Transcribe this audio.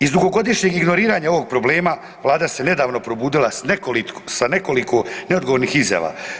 Iz dugogodišnjeg ignoriranja ovog problema vlada se nedavno probudila sa nekoliko neodgovornih izjava.